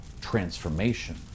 transformation